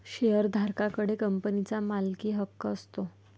शेअरधारका कडे कंपनीचा मालकीहक्क असतो